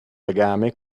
legame